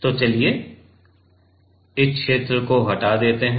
तो चलिए इस क्षेत्र को हटा देते हैं